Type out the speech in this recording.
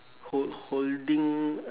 hol~ holding